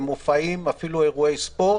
מופעים ואפילו אירועי הספורט.